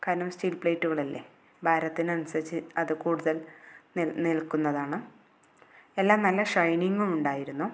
കാരണം സ്റ്റീൽ പ്ലേറ്റുകളല്ലേ ഭാരത്തിന് അനുസരിച്ച് അത് കൂടുതൽ നിൽക്കുന്നതാണ് എല്ലാം നല്ല ഷൈനിങ്ങും ഉണ്ടായിരുന്നു